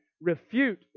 refute